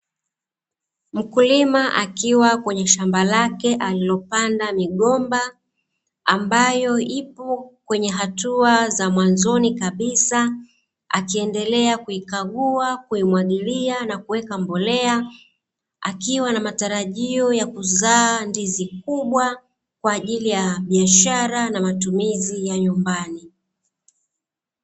Mkulima akiwa kwenye shamba lake alilopanda migomba, ambayo ipo kwenye hatua za mwanzoni kabisa, akiendelea kuikagua, kuimwagilia na kuweka mbolea, akiwa na matarajio ya kuzaa ndizi kubwa kwa jili ya biashara na matumizi ya nyumbani.